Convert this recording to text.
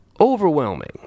overwhelming